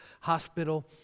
hospital